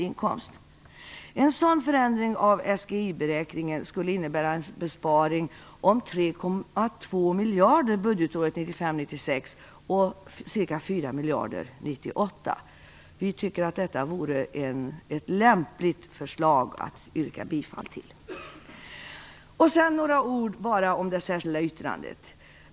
Vi tycker att det är lämpligt att yrka bifall till detta förslag. Vidare bara några ord om det särskilda yttrandet.